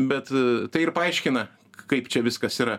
bet tai ir paaiškina kaip čia viskas yra